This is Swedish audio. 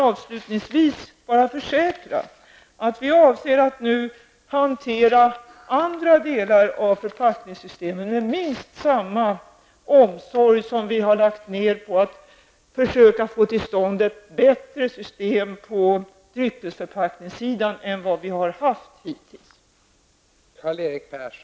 Avslutningsvis kan jag bara försäkra att vi avser att nu hantera andra delar av förpackningsområdet med minst samma omsorg som vi har lagt ned på att försöka få till stånd ett bättre system på dryckesförpackningssidan än vad vi har haft hittills.